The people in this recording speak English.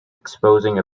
exposing